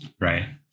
Right